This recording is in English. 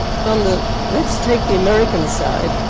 from the let's take the american side.